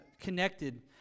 connected